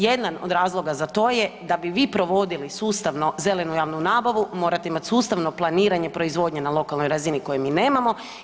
Jedan od razloga za to je da bi vi provodili sustavno zelenu javnu nabavu morate imati sustavno planiranje proizvodnje na lokalnoj razini koje mi nemamo.